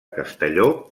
castelló